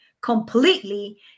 completely